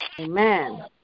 Amen